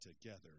Together